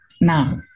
Now